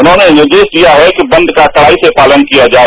उन्होंने निर्देश दिया है कि बंद का कड़ाई से पालन किया जाए